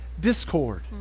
discord